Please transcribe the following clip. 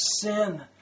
sin